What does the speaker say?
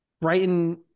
Brighton